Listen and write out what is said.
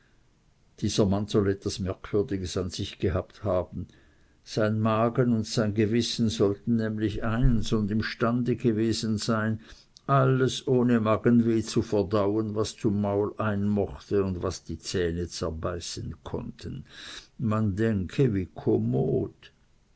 dieser mann soll etwas merkwürdiges an sich gehabt haben sein magen und sein gewissen sollten nämlich eins und imstande gewesen sein alles ohne magenweh zu verdauen was zum maul einmochte und was die zähne zerbeißen konnten man denke wie komod